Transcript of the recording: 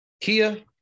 Kia